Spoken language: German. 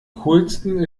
coolsten